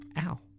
Ow